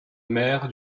maire